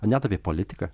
net apie politiką